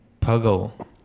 puggle